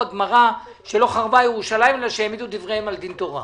בגמרא כתוב שלא חרבה ירושלים בגלל שהעמידו דבריהם על דין תורה.